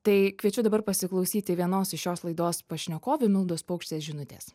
tai kviečiu dabar pasiklausyti vienos iš šios laidos pašnekovių mildos paukštės žinutės